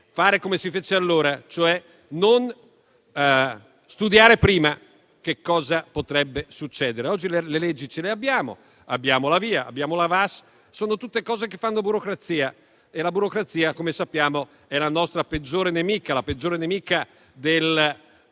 come si fece allora, e cioè dobbiamo studiare prima che cosa potrebbe accadere. Oggi abbiamo le leggi, abbiamo la VIA, abbiamo la VAS: sono tutte cose che fanno burocrazia, e la burocrazia, come sappiamo, è la nostra peggiore nemica, la peggiore nemica del